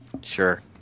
Sure